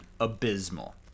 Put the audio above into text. abysmal